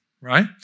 right